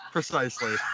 Precisely